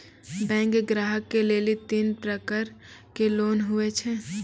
Bank ग्राहक के लेली तीन प्रकर के लोन हुए छै?